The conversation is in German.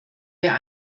wir